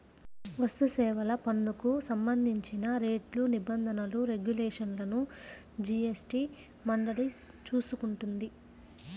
వస్తుసేవల పన్నుకు సంబంధించిన రేట్లు, నిబంధనలు, రెగ్యులేషన్లను జీఎస్టీ మండలి చూసుకుంటుంది